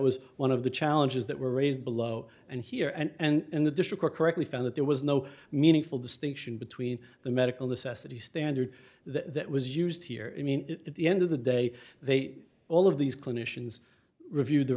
was one of the challenges that were raised below and here and in the district were correctly found that there was no meaningful distinction between the medical necessity standard that was used here in the end of the day they all of these clinicians reviewed the